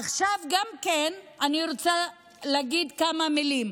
עכשיו אני רוצה להגיד כמה מילים.